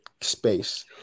space